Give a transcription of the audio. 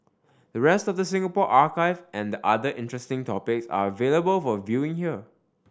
the rest of the Singapore archive and other interesting topics are available for viewing here